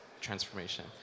transformation